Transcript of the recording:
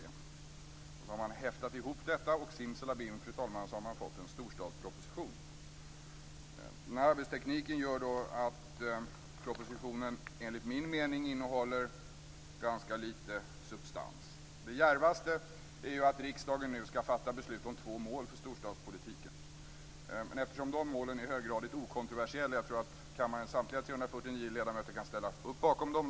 Sedan har man häftat ihop detta, och simsalabim, fru talman, har man fått en storstadsproposition. Den arbetstekniken gör att propositionen, enligt min mening, innehåller ganska lite substans. Det djärvaste är att riksdagen nu skall fatta beslut om två mål för storstadspolitiken. Men de målen är i hög grad okontroversiella - jag tror att kammarens samtliga 349 ledamöter kan ställa upp bakom dem.